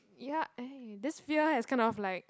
ya eh this fear has kind of like